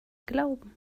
glauben